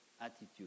attitude